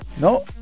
No